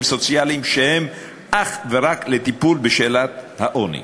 סוציאליים שהם אך ורק לטיפול בשאלת העוני.